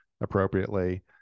appropriately